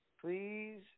please